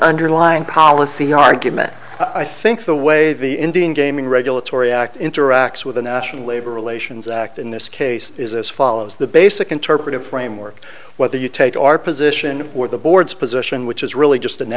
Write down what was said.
underlying policy argument i think the way the indian gaming regulatory act interacts with the national labor relations act in this case is as follows the basic interpretive framework whether you take our position or the board's position which is really just